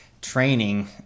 training